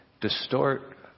distort